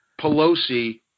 Pelosi